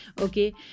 Okay